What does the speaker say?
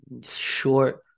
short